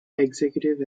executive